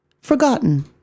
forgotten